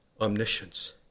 omniscience